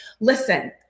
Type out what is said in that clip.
listen